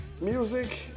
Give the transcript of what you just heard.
music